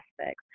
aspects